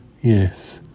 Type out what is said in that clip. yes